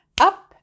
up